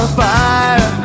fire